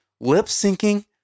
lip-syncing